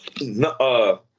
No